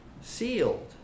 sealed